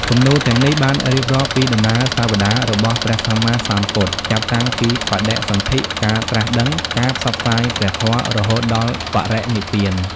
គំនូរទាំងនេះបានរៀបរាប់ពីដំណើរសាវតារបស់ព្រះសម្មាសម្ពុទ្ធ ចាប់តាំងពីបដិសន្ថិ ការត្រាស់ដឹង ការផ្សព្វផ្សាយព្រះធម៌រហូតដល់បរិនិព្វាន។